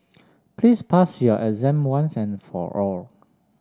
please pass your exam once and for all